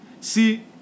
See